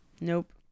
Nope